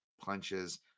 punches